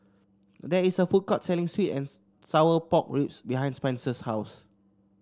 there is a food court selling sweet and Sour Pork Ribs behind Spenser's house